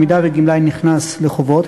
אם גמלאי נכנס לחובות,